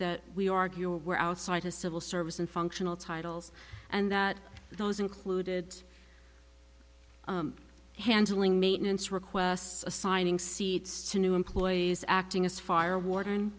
that we argue were outside a civil service and functional titles and that those included handling maintenance requests assigning seats to new employees acting as fire warden